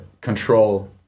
control